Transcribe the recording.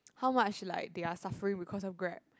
how much like they are suffering because of Grab